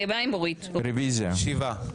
שבעה.